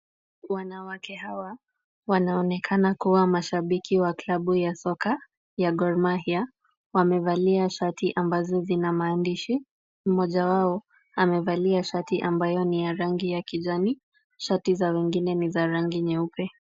Wanawake hawa wanaonekana kuwa mashabiki wa klabu ya soka, ya Gor mahia, wamevalia shati ambazo zina maandishi Mmoja wao amevalia shati ambayo ni ya rangi ya kijani, shati za wengine ni za rangi nyeupe.